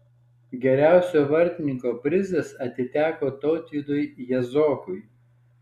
geriausio vartininko prizas atiteko tautvydui jazokui